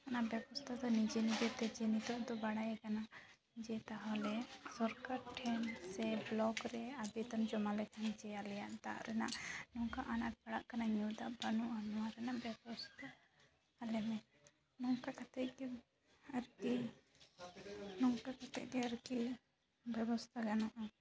ᱚᱱᱟ ᱵᱮᱵᱚᱥᱛᱷᱟ ᱫᱚ ᱱᱤᱡᱮ ᱱᱤᱡᱮᱛᱮ ᱱᱤᱛᱚᱜ ᱫᱚ ᱵᱟᱲᱟᱭ ᱟᱠᱟᱱᱟ ᱡᱮ ᱛᱟᱦᱞᱮ ᱥᱚᱨᱠᱟᱨ ᱴᱷᱮᱱ ᱥᱮ ᱵᱞᱚᱠ ᱨᱮ ᱟᱵᱮᱫᱚᱱ ᱡᱚᱢᱟ ᱞᱮᱠᱷᱟᱱ ᱡᱮ ᱟᱞᱮᱭᱟᱜ ᱫᱟᱜ ᱨᱮᱱᱟᱜ ᱱᱚᱝᱠᱟ ᱟᱱᱟᱴ ᱯᱟᱲᱟᱜ ᱠᱟᱱᱟ ᱧᱩᱫᱟᱜ ᱵᱟᱹᱱᱩᱜᱼᱟ ᱱᱚᱣᱟ ᱨᱮᱱᱟᱜ ᱵᱮᱵᱚᱥᱛᱷᱟ ᱟᱞᱮ ᱢᱮ ᱱᱚᱝᱠᱟ ᱠᱟᱛᱮᱫ ᱜᱮ ᱟᱨᱠᱤ ᱱᱚᱝᱠᱟ ᱠᱟᱛᱮᱫ ᱜᱮ ᱟᱨᱠᱤ ᱵᱮᱵᱚᱥᱛᱷᱟ ᱜᱟᱱᱚᱜᱼᱟ